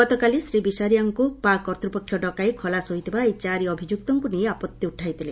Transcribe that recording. ଗତକାଲି ଶ୍ରୀ ବିସାରିଆଙ୍କୁ ପାକ୍ କର୍ତ୍ତୃପକ୍ଷ ଡକାଇ ଖଲାସ ହୋଇଥିବା ଏହି ଚାରି ଅଭିଯୁକ୍ତଙ୍କୁ ନେଇ ଆପତ୍ତି ଉଠାଇଥିଲେ